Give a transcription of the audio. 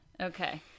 Okay